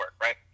right